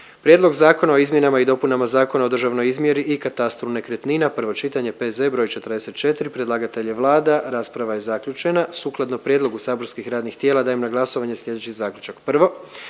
Prijedlog zakona o izmjenama i dopunama Zakona o državnoj izmjeri i katastru nekretnina, prvo čitanje, P.Z. br. 44. Predlagatelj je Vlada. Rasprava je zaključena. Sukladno prijedlogu saborskih radnih tijela dajem na glasovanje sljedeći zaključak.